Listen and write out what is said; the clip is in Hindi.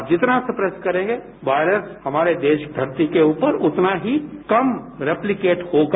आप जितना सप्रेस करेंगे वायरस हमारे देश और धरती के ऊपर उतना ही कम रेप्लिकेट होगा